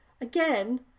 Again